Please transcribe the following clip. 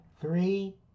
Three